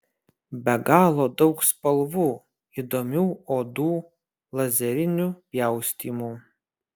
be galo daug spalvų įdomių odų lazerinių pjaustymų